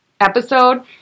episode